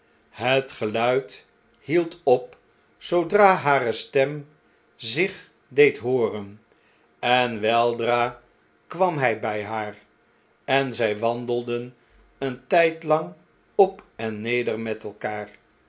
het geluid hield op zoodra hare stem zich deed hooren en weldra kwam hjj bjj haar en zij wandelden een tijdlang op en neder met elkaar